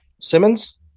Simmons